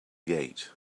gate